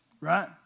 right